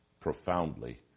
profoundly